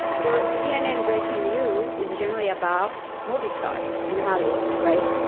the cnn breaking news is generally about movie stars, in hollywood, right?